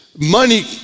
money